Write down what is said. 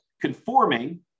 conforming